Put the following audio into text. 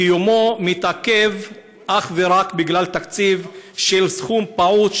קיומו מתעכב אך ורק בגלל תקציב של סכום פעוט,